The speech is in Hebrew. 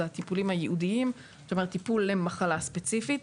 הטיפולים הייעודיים כלומר הטיפול למחלה הספציפית,